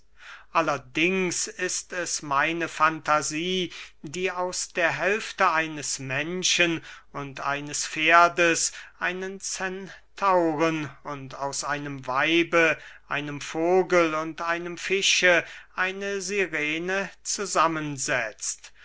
allerdings ist es meine fantasie die aus der hälfte eines menschen und eines pferdes einen centauren und aus einem weibe einem vogel und einem fische eine sirene